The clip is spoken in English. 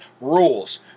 rules